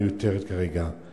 מיותר כרגע.